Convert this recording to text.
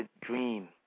dream